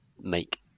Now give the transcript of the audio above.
make